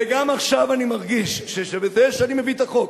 וגם עכשיו אני מרגיש שבזה שאני מביא את החוק,